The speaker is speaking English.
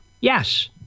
Yes